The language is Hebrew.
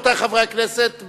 רבותי חברי הכנסת,